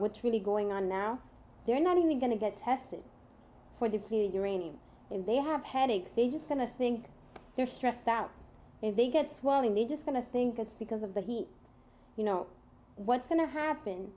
what's really going on now they're not only going to get tested for these new uranium if they have headaches they just going to think they're stressed out if they get swelling they just going to think it's because of the heat you know what's going to happen